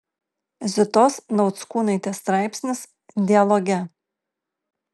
zitos nauckūnaitės straipsnis dialoge